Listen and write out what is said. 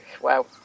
wow